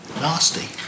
nasty